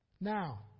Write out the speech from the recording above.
Now